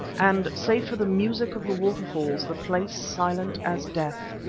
and, save for the music of the waterfalls, the place silent as death.